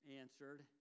answered